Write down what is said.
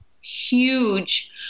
huge